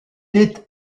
est